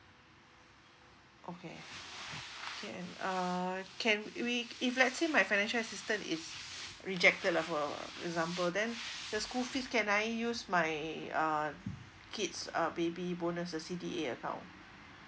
okay uh can we if let's say my financial assistance is rejected lah for example then the school fees can I use my uh kids uh baby bonus the C_D_A account